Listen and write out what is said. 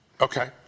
Okay